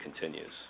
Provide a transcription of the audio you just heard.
continues